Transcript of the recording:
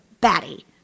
batty